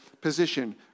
position